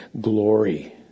glory